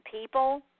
people